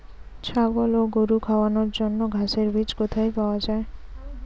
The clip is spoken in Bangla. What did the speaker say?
ছাগল ও গরু খাওয়ানোর জন্য ঘাসের বীজ কোথায় পাওয়া যায়?